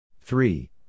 Three